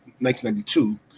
1992